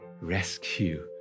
rescue